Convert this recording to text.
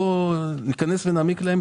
בואו ניכנס ונעניק להם,